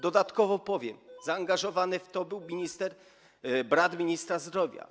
Dodatkowo powiem, że zaangażowany w to był minister, brat ministra zdrowia.